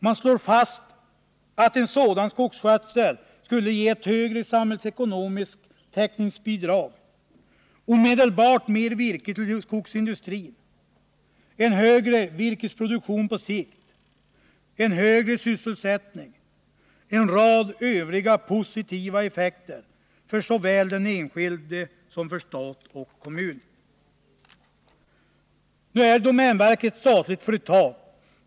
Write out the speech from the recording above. Man slår i utredningen fast att en sådan skogsskötsel skulle ge ett högre samhällsekonomiskt täckningsbidrag, en omedelbart ökad virkestillgång för skogsindustrin, en högre virkesproduktion på sikt, en högre sysselsättning samt en rad övriga positiva effekter såväl för den enskilde som för stat och kommun. Nu är domänverket ett statligt företag.